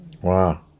Wow